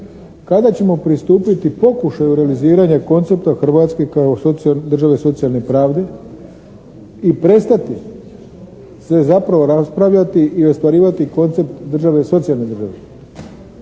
Kada ćemo pristupiti pokušaju realiziranja koncepta Hrvatske kao države socijalne pravde i prestati se zapravo raspravljati i ostvarivati koncept države socijalne države?